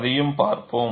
அதையும் பார்ப்போம்